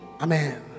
Amen